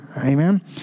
Amen